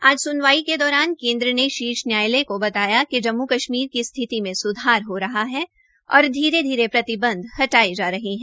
आज स्नवाई के दौरान केन्द्र ने शीर्ष न्यायालय को बताया कि जम्म् कश्मीर की स्थिति में स्धार हो रहा है और धीरे धीरे प्रतिबंध हटाये जा रहे है